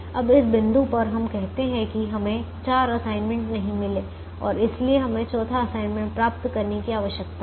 अब इस बिंदु पर हम कहते हैं कि हमें चार असाइनमेंट नहीं मिले और इसलिए हमें चौथा असाइनमेंट प्राप्त करने की आवश्यकता है